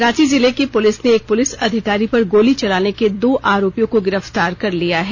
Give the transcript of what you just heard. रांची जिले की पुलिस ने एक पुलिस अधिकारी पर गोली चलाने के दो आरोपियों को गिरफ्तार कर लिया है